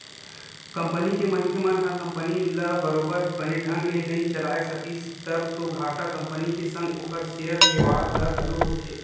company के मनखे मन ह कंपनी ल बरोबर बने ढंग ले नइ चलाय सकिस तब तो घाटा कंपनी के संग ओखर सेयर लेवाल ल घलो होथे